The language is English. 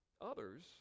Others